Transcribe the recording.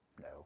No